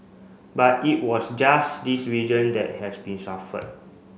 but it was just this region that has been suffered